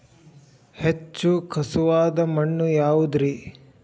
ಹೆಚ್ಚು ಖಸುವಾದ ಮಣ್ಣು ಯಾವುದು ರಿ?